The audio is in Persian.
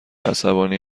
عصبانی